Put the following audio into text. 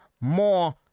more